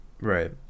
Right